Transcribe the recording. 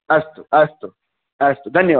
अस्तु अस्तु अस्तु धन्यवादः